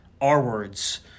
R-words –